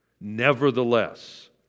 Nevertheless